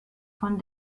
von